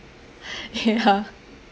ya